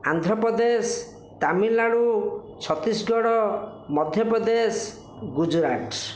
Andhra Pradesh Tamil Nadu Chhattisgarh Madhya Pradesh Gujarat